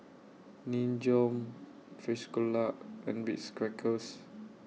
Nin Jiom Frisolac and Ritz Crackers